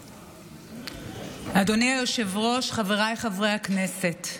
אדוני היושב-ראש, חבריי חברי הכנסת,